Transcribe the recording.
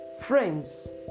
Friends